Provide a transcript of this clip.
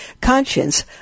Conscience